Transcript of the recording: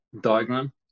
diagram